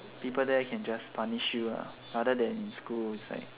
people there can just punish you lah rather than in school it's like